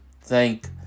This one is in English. thank